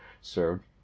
served